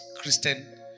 Christian